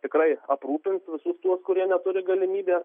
tikrai aprūpins visus tuos kurie neturi galimybės